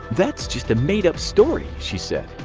that's just a made up story, she said.